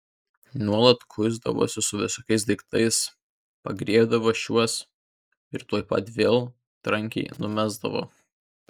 nuolat kuisdavosi su visokiais daiktais pagriebdavo šiuos ir tuoj pat vėl trankiai numesdavo